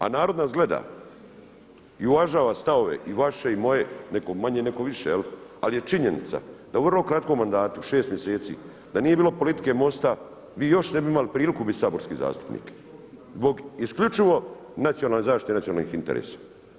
A narod nas gleda i uvažava stavove i vaše i moje, nekom manje, nekom više ali je činjenica da u vrlo kratkom mandatu 6 mjeseci da nije bilo politike MOST-a vi još ne bi imali priliku biti saborski zastupnik zbog isključivo nacionalne zaštite nacionalnih interesa.